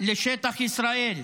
לשטח ישראל.